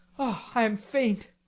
i am faint.